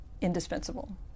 indispensable